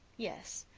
yes,